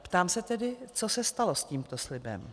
Ptám se tedy, co se stalo s tímto slibem.